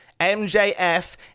MJF